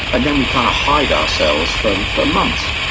and then we kind of hide ourselves for um for months.